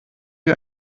wie